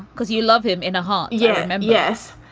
because you love him in a heart. yeah yes.